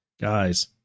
Guys